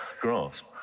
grasp